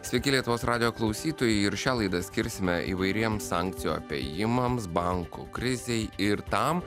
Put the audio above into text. sveiki lietuvos radijo klausytojai ir šią laidą skirsime įvairiems sankcijų apėjimams bankų krizei ir tam